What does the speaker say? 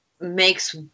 makes